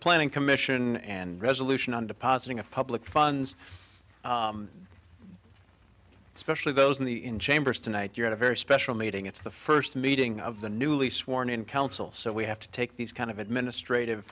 planning commission and resolution on depositing of public funds especially those in the in chambers tonight you had a very special meeting it's the first meeting of the newly sworn in council so we have to take these kind of administrative